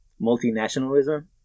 multinationalism